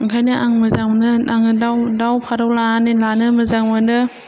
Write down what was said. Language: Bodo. ओंखायनो आं मोजां मोनो आङो दाव फारौ लानो मोजां मोनो